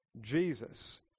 Jesus